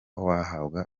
wahabwa